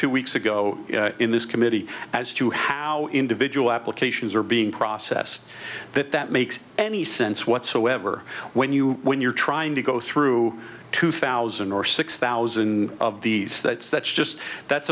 two weeks ago in this committee as to how individual applications are being processed that that makes any sense whatsoever when you when you're trying to go through two thousand or six thousand of these that's that's just that's